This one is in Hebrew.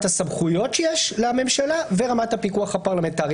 הסמכויות שיש לממשלה ורמת הפיקוח הפרלמנטרי,